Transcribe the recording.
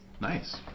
Nice